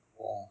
oh